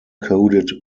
coded